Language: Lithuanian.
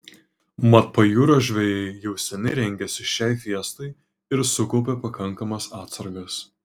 mat pajūrio žvejai jau seniai rengėsi šiai fiestai ir sukaupė pakankamas atsargas